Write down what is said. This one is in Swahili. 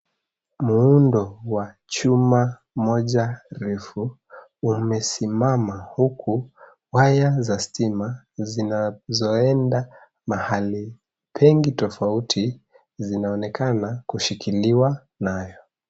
Muundo wa chuma moja refu umesimama huku waya za stima zinaoenda mahali pengi tofauti zinaonekana kushikiliwa nayo.